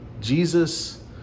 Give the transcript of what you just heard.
Jesus